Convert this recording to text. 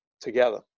together